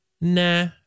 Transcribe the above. Nah